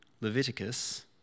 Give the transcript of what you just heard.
Leviticus